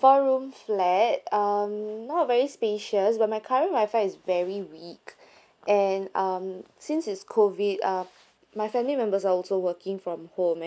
four room flat um not very spacious but my current wi-fi is very weak and um since is COVID uh my family members are also working from home